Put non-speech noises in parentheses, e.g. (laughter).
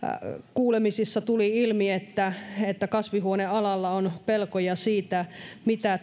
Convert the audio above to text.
kuulemisissa tuli ilmi että että kasvihuonealalla on pelkoja siitä mitä (unintelligible)